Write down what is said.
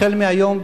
החל מהיום,